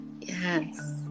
yes